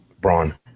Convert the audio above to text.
Braun